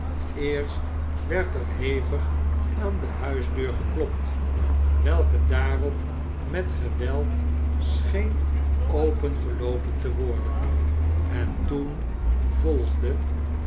eerst werd er hevig aan de huisdeur geklopt welke daarop met geweld scheen opengeloopen te worden en toen volgde